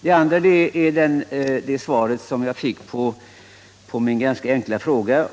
Jag skulle också vilja ha ett förtydligande av svaret på min ganska enkla fråga.